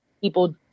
people